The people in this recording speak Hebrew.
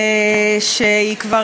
שהתחילה,